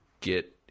get